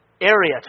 area